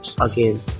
again